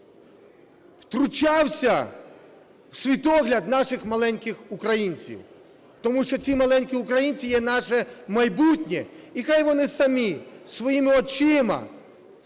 втручався у світогляд наших маленьких українців. Тому що ці маленькі українці є наше майбутнє, і нехай вони самі своїми очима,